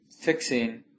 fixing